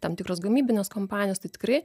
tam tikros gamybinės kompanijos tai tikrai